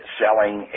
selling